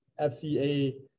fca